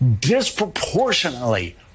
disproportionately